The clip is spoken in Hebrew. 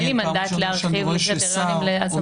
אין לי מנדט להרחיב לקריטריונים --- מקרה מעניין,